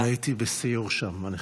אני הייתי בסיור שם עם בני הקהילה,